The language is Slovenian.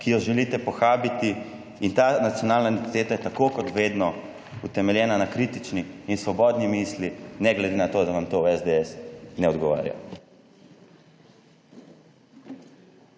ki jo želite pohabiti, in ta nacionalna identiteta je tako kot vedno utemeljena na kritični in svobodni misli, ne glede na to, da vam to v SDS ne odgovarja.